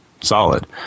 solid